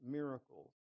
miracles